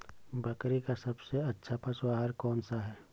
बकरी का सबसे अच्छा पशु आहार कौन सा है?